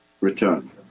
return